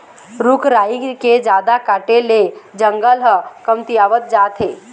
रूख राई के जादा काटे ले जंगल ह कमतियावत जात हे